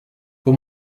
pour